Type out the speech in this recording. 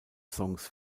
songs